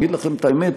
אגיד לכם את האמת,